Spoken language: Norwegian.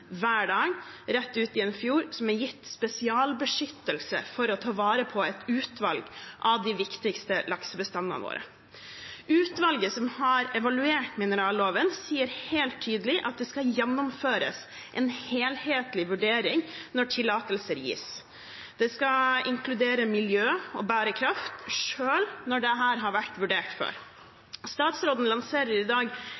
hver dag rett ut i en fjord som er gitt spesialbeskyttelse for å ta vare på et utvalg av de viktigste laksebestandene våre. Utvalget som har evaluert mineralloven, sier helt tydelig at det skal gjennomføres en helhetlig vurdering når tillatelser gis. Det skal inkludere miljø og bærekraft, selv når dette har vært vurdert